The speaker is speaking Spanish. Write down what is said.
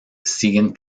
siguen